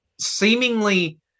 Seemingly